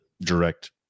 direct